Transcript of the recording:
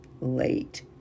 late